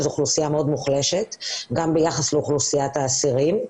זאת אוכלוסייה מאוד מוחלשת גם ביחס לאוכלוסיית האסירים.